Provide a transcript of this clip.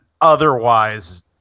otherwise